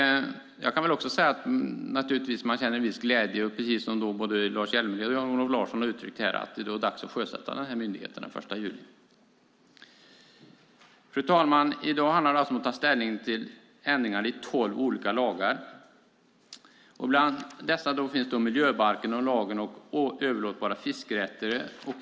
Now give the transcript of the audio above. Jag känner en viss glädje, som både Lars Hjälmered och Jan-Olof Larsson uttryckt här, att det är dags att sjösätta myndigheten den 1 juli. Fru talman! I dag handlar det alltså om att ta ställning till ändringar i tolv olika lagar. Bland dessa finns miljöbalken och lagen om överlåtbara fiskerättigheter.